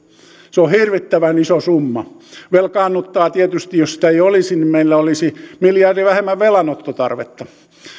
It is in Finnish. se on hirvittävän iso summa velkaannuttaa tietysti jos sitä ei olisi niin meillä olisi miljardi vähemmän velanottotarvetta